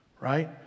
right